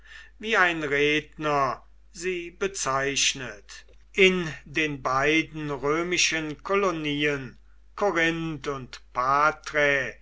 wie ein redner sie bezeichnet in den beiden römischen kolonien korinth und